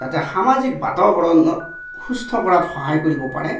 যাতে সামাজিক বাতাবৰণত সুস্থ কৰাত সহায় কৰিব পাৰে